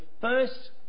first